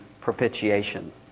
propitiation